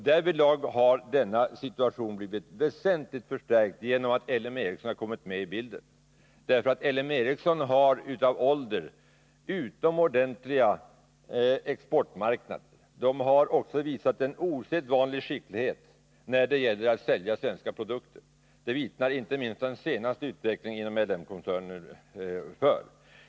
Möjligheterna till det har väsentligt förstärkts genom att LM Ericsson kommit med i bilden. L M Ericsson har sedan gammalt utomordentliga exportmarknader. Man har också visat en osedvanlig skicklighet när det gäller att sälja svenska produkter — det vittnar inte minst den senaste utvecklingen inom L M-koncernen om.